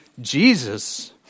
Jesus